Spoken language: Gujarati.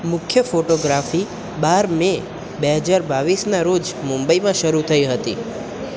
મુખ્ય ફોટોગ્રાફી બાર મે બે હજાર બાવીસના રોજ મુંબઈમાં શરૂ થઈ હતી